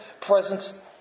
presence